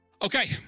Okay